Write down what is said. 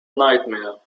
nightmare